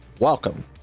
Welcome